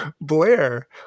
Blair